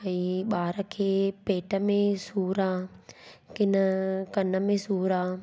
भाई ॿार खे पेट में सूर आहे की न कनि में सूरु आहे